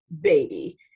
baby